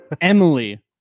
Emily